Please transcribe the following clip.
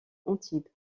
antibes